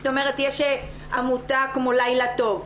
זאת אומרת יש עמותה כמו 'לילה טוב',